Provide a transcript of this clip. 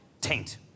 taint